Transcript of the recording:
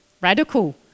Radical